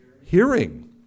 hearing